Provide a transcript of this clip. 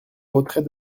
retrait